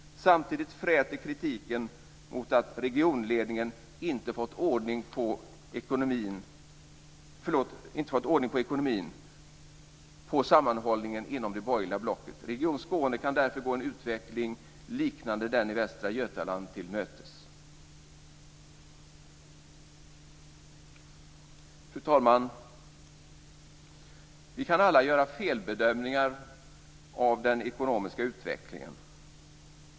Samtidigt fräter kritiken mot att regionledningen inte har fått ordning på sammanhållningen inom det borgerliga blocket. Region Skåne kan därför gå en utveckling liknande den i Västra Götaland till mötes. Fru talman! Vi kan alla göra felbedömningar av den ekonomiska utvecklingen.